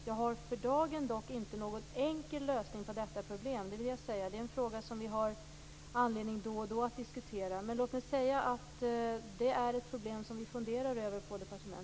För dagen har jag dock inte någon enkel lösning på problemet. Detta är en fråga som vi då och då har anledning att diskutera. Det här är dock ett problem som vi på departementet funderar över.